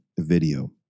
video